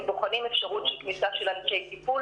בוחנים אפשרות של כניסה של אנשי טיפול,